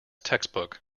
textbook